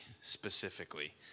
specifically